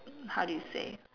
how do you say